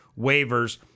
waivers